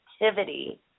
activity